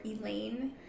Elaine